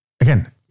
again